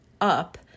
up